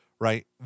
right